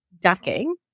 ducking